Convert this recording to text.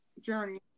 journey